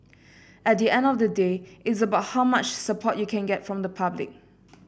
at the end of the day it's about how much support you can get from the public